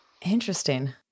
Interesting